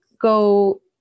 go